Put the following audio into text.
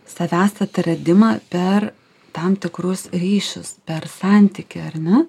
savęs atradimą per tam tikrus ryšius per santykį ar ne